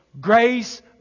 Grace